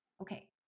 okay